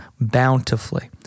bountifully